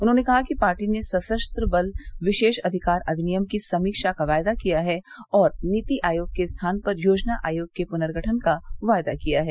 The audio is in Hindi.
उन्होंने कहा कि पार्टी ने सशस्त्र बल विशेष अधिकार अधिनियम की समीक्षा का वायदा किया है और नीति आयोग के स्थान पर योजना आयोग के पुनर्गठन का वायदा किया है